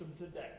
today